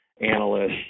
analysts